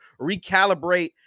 recalibrate